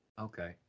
Okay